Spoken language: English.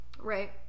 Right